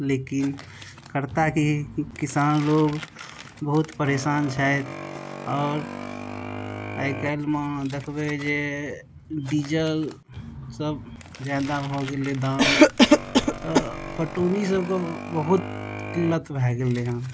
लेकिन करताह कि किसान लोक बहुत परेशान छथि आओर आइकाल्हिमे देखबै जे डीजलसब ज्यादा भऽ गेलै दाम तऽ पटौनी सबके बहुत किल्लत भऽ गेलै हँ